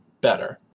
better